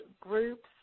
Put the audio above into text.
groups